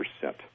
percent